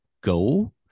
go